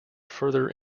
further